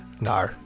No